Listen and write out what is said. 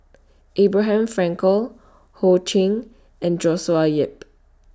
Abraham Frankel Ho Ching and Joshua Ip